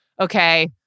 Okay